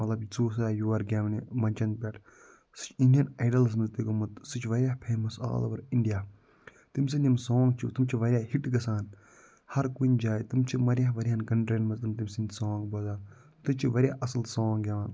مطلب ژٕ یہِ سا یور گٮ۪ونہِ مچھَن پٮ۪ٹھ سُہ چھِ اِنٛڈِیَن آیڈَلَس منٛز تہِ گومُت سُہ چھِ واریاہ فٮ۪مَس آل اَوَر اِنٛڈِیا تٔمۍ سٔندۍ یِم سانٛگ چھِ تِم چھِ واریاہ ہِٹ گژھان ہر کُنہِ جایہِ تِم چھِ واریاہ واریاہَن کَنٛٹریٖن منٛز تِم تٔمۍ سٔنٛدۍ سانٛگ بوزان تہٕ چھِ واریاہ اَصٕل سانٛگ گٮ۪وان